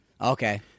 Okay